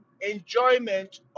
Enjoyment